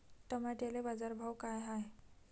टमाट्याले बाजारभाव काय हाय?